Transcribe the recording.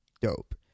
dope